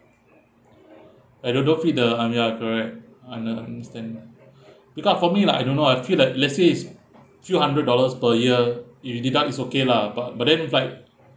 I don't feel the I mean ya correct un~ uh I understand because uh for me like I don't know I feel like let's say it's few hundred dollars per year if you deduct is okay lah but but then like